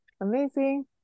amazing